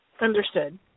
understood